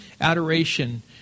adoration